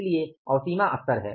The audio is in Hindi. इसीलिए अवसीमा स्तर है